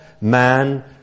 man